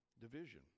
Division